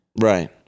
Right